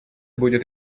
будет